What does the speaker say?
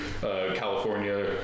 California